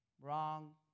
wrong